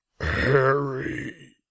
Harry